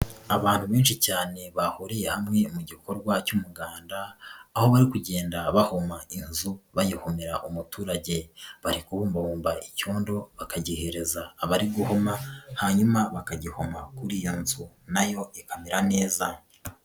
Abantu benshi cyane bahuriye hamwe mu gikorwa cy'umuganda aho bari kugenda bahoma inzu, bayihomera umuturage, bari kubumbabumba icyondo bakagihereza abari guhoma, hanyuma bakagihoma kuri iyo nzu hanyuma nayo ikamera neza.